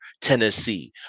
Tennessee